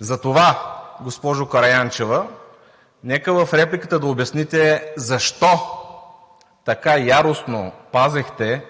Затова, госпожо Караянчева, нека в репликата да обясните защо така яростно пазехте